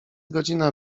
godzina